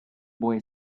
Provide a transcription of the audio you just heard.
boy